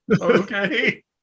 Okay